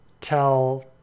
tell